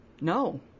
no